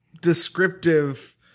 descriptive